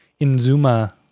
Inzuma